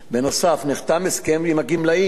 נוסף על כך נחתם הסכם עם הגמלאים,